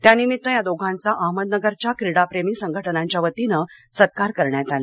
त्यानिमित्ताने त्या दोघांचा अहमदनगरच्या क्रीडा प्रेमी संघटनाच्या वतीनं सत्कार करण्यात आला